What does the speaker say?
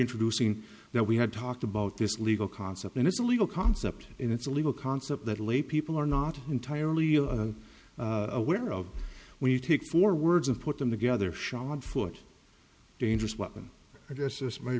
introducing that we had talked about this legal concept and it's a legal concept and it's a legal concept that laypeople are not entirely aware of when you take four words and put them together shod foot dangerous weapon i guess this may